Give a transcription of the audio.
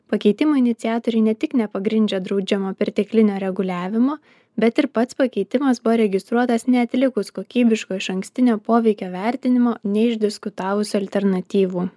pakeitimo iniciatoriai ne tik nepagrindžia draudžiamo perteklinio reguliavimo bet ir pats pakeitimas buvo registruotas neatlikus kokybiško išankstinio poveikio vertinimo neišdiskutavus alternatyvų